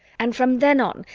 and from then on,